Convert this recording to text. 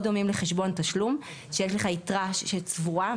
דומים לחשבון תשלום: שיש לך יתרה צבורה,